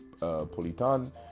Politan